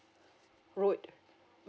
road